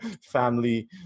family